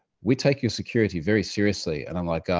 we take your security very seriously. and i'm like, ah,